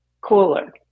cooler